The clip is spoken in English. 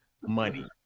money